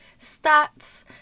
stats